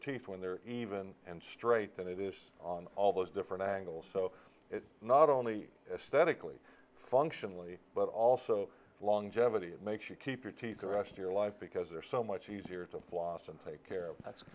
teeth when they're even and straight than it is on all those different angles so it not only aesthetically functionally but also longevity it makes you keep your teeth brushed your live because they're so much easier to floss and take care of